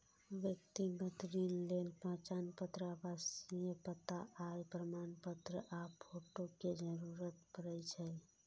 व्यक्तिगत ऋण लेल पहचान पत्र, आवासीय पता, आय प्रमाणपत्र आ फोटो के जरूरत पड़ै छै